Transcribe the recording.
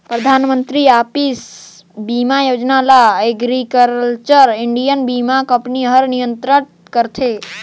परधानमंतरी फसिल बीमा योजना ल एग्रीकल्चर इंडिया बीमा कंपनी हर नियंत्रित करथे